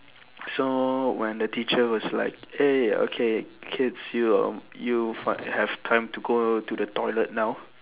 so when the teacher was like eh okay kids you'll you might have time to go to the toilet now